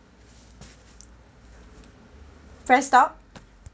press stop